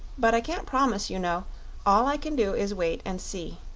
but i can't promise, you know all i can do is wait and see.